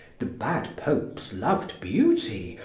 the bad popes loved beauty,